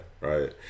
right